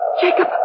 Jacob